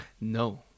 No